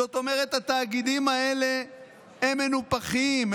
זאת אומרת התאגידים האלה הם מנופחים,